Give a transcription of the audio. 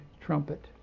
trumpet